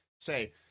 say